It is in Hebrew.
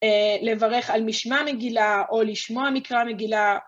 לברך על משמע מגילה או לשמוע מקרא מגילה